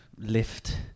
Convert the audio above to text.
lift